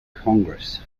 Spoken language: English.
congress